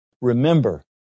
Remember